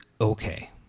okay